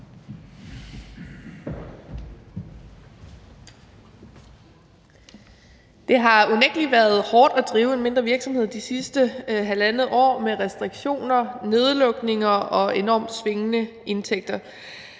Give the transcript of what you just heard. Det har jo unægtelig været hårdt at drive en mindre virksomhed i det sidste halvandet år med restriktioner, nedlukninger og enormt svingende indtægter.